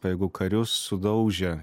pajėgų karių sudaužė